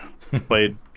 Played